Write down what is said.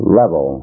level